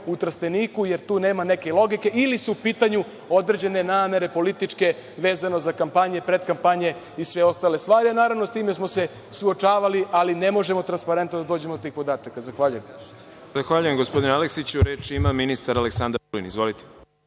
u Trsteniku, jer tu nema neke logike ili su u pitanju određene namere političke vezano za kampanje, predkampanje, i sve ostale stvari? Naravno s time smo se suočavali, ali ne možemo transparentno da dođemo do tih podataka. Zahvaljujem. **Đorđe Milićević** Zahvaljujem, gospodine Aleksiću. Reč ima ministar Aleksandar Vulin. Izvolite.